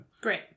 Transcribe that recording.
Great